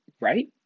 Right